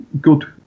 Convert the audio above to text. good